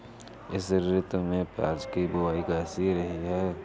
इस ऋतु में प्याज की बुआई कैसी रही है?